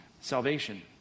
salvation